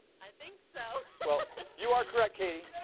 i think so? well you are correct katie!